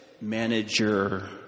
Manager